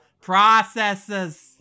processes